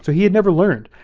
so he had never learned,